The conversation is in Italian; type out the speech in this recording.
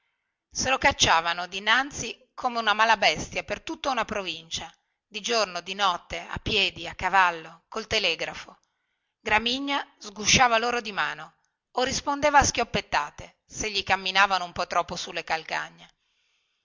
se lo cacciavano dinanzi come una mala bestia per tutta una provincia di giorno di notte a piedi a cavallo col telegrafo gramigna sgusciava loro di mano e rispondeva a schioppettate se gli camminavano un po troppo sulle calcagna